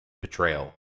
betrayal